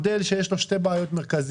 זה מודל שיש לו שתי בעיות מרכזיות.